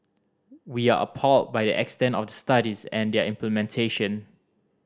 we are appalled by the extent of the studies and their implementation